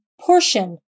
portion